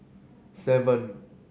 seven